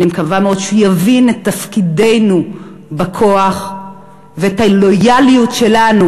אני מקווה מאוד שהוא יבין את תפקידנו בכוח ואת הלויאליות שלנו,